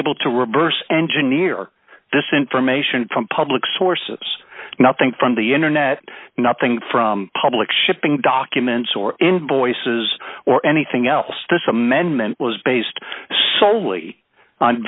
able to reverse engineer this information from public sources nothing from the internet nothing from public shipping documents or invoices or anything else this amendment was based soley on